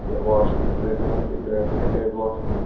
یہِ washroom ترٛےٚ دیٛاوناوو تۅہہِ بیٛاکھ اٹیٚچ واش روٗم